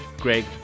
Greg